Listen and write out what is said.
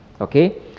okay